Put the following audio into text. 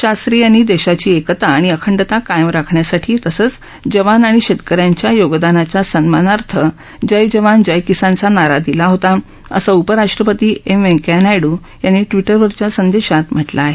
शास्त्री यांनी देशाची एकता आणि अखंडता कायम राखण्यासाठी तसंच जवान आणि शेतकऱ्यांच्या योगदानाच्या सन्मानार्थ जय जवान जय किसानचा नारा दिला होता असं उपराष्ट्रपती एम व्यंकय्या नायडू यांनी ट्विटरवरील संदेशात म्हटलं आहे